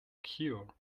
cure